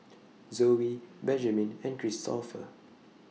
Zoey Benjiman and Kristoffer